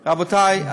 רבותי,